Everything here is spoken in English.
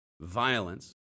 Violence